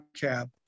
cab